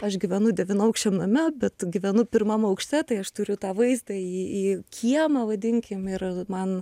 aš gyvenu devynaukščiam name bet gyvenu pirmam aukšte tai aš turiu tą vaizdą į į kiemą vadinkim ir man